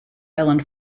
island